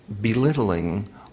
belittling